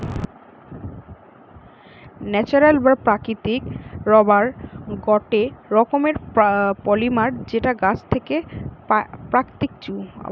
natural বা প্রাকৃতিক rubber গটে রকমের পলিমার যেটা গাছের থেকে পাওয়া পাত্তিছু